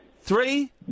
Three